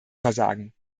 versagen